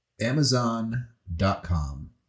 Amazon.com